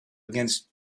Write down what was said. against